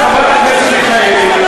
חברת הכנסת מיכאלי,